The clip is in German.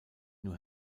new